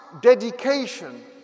dedication